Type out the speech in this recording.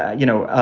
you know,